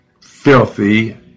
filthy